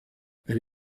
elle